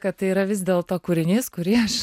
kad tai yra vis dėlto kūrinys kurį aš